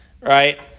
right